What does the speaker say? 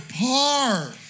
par